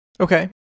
Okay